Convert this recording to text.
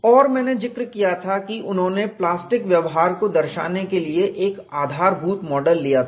और मैंने जिक्र किया था कि उन्होंने प्लास्टिक व्यवहार को दर्शाने के लिए एक आधारभूत मॉडल लिया था